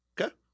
Okay